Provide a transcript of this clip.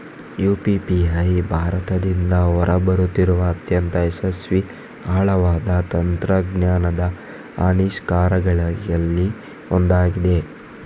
UPI ಭಾರತದಿಂದ ಹೊರ ಬರುತ್ತಿರುವ ಅತ್ಯಂತ ಯಶಸ್ವಿ ಆಳವಾದ ತಂತ್ರಜ್ಞಾನದ ಆವಿಷ್ಕಾರಗಳಲ್ಲಿ ಒಂದಾಗಿದೆ